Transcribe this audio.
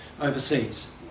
overseas